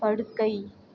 படுக்கை